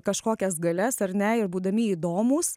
kažkokias galias ar ne ir būdami įdomūs